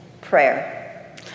prayer